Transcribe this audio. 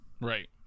Right